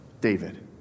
David